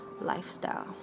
lifestyle